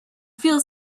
feel